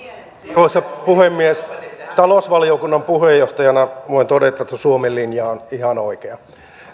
arvoisa puhemies talousvaliokunnan puheenjohtajana voin todeta että suomen linja on ihan oikea